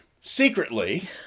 secretly